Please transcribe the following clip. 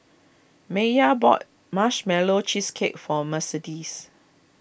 Maiya bought Marshmallow Cheesecake for Mercedes